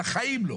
בחיים לא.